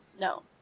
No